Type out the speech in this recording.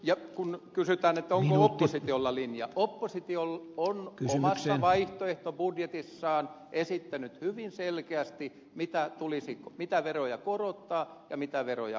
ja kun kysytään onko oppositiolla linja niin oppositio on omassa vaihtoehtobudjetissaan esittänyt hyvin selkeästi mitä veroja tulisi korottaa mitä veroja alentaa